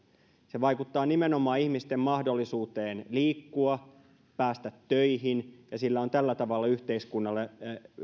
se vaikuttaa nimenomaan ihmisten mahdollisuuteen liikkua päästä töihin ja sillä on tällä tavalla yhteiskunnalle